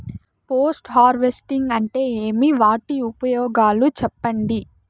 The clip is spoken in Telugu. పోస్ట్ హార్వెస్టింగ్ అంటే ఏమి? వాటి ఉపయోగాలు చెప్పండి?